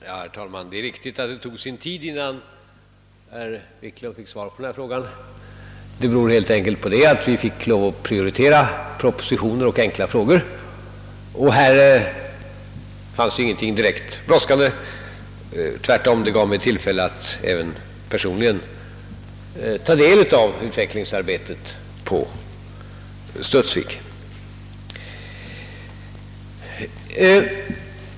Herr talman! Det är riktigt att det tog sin tid innan herr Wiklund i Stockholm fick svar på sin interpellation. Det beror helt enkelt på att vi fått lov att prioritera propositioner och enkla frågor. Här fanns ingenting direkt brådskande, vilket också gav mig tillfälle att personligen ta del av utvecklingsarbetet på Studsvik.